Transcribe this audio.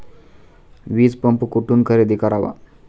वीजपंप कुठून खरेदी करावा?